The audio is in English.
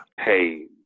Hey